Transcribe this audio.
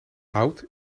hout